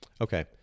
Okay